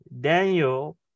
Daniel